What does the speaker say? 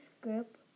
group